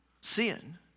sin